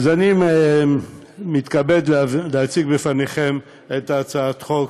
אז אני מתכבד להציג בפניכם את הצעת חוק